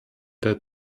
der